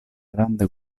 grande